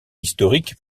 historique